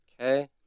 Okay